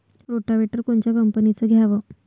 Rotavator कोनच्या कंपनीचं घ्यावं?